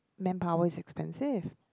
manpower is expensive